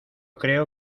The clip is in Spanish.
creo